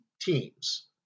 teams